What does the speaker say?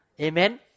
Amen